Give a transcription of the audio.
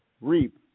reap